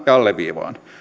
alleviivaan